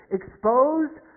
exposed